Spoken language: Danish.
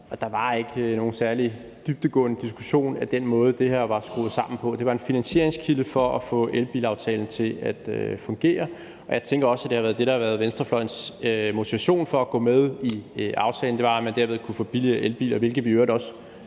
der var ikke nogen særlig dybdegående diskussion af den måde, det her var skruet sammen på. Det var en finansieringskilde for at få elbilaftalen til at fungere. Jeg tænker også, at det har været det, der har været venstrefløjens motivation for at gå med i aftalen, altså at man derved kunne få billigere elbiler, hvilket vi i øvrigt også